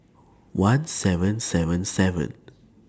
one seven seven seven